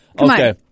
Okay